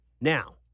Now